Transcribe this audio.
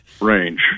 range